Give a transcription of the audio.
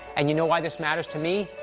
and you know why this matters to me?